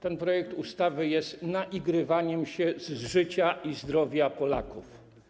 Ten projekt ustawy jest naigrywaniem się z życia i zdrowia Polaków.